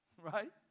right